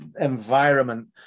environment